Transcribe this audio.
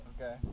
okay